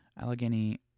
allegheny